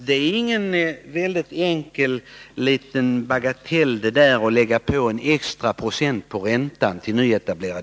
Det är ingen bagatell att för nyetablerade jordbrukare lägga på en extra procent på räntan.